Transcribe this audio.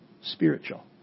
spiritual